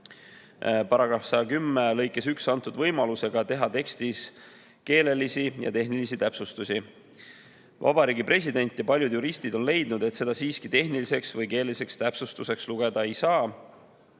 seaduse § 110 lõikes 1 antud võimalusega teha tekstis keelelisi ja tehnilisi täpsustusi. Vabariigi President ja paljud juristid on leidnud, et seda siiski tehniliseks ega keeleliseks täpsustuseks lugeda ei saa.